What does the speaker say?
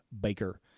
baker